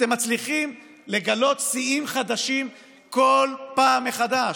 אתם מצליחים לגלות שיאים חדשים כל פעם מחדש,